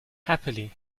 happily